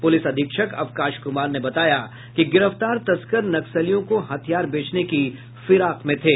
police अधीक्षक अवकाश कुमार ने बताया कि गिरफ्तार तस्कर नक्सलियों को हथियार बेचने की फिराक में थे